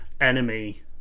enemy